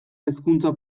hezkuntza